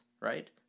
right